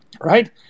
right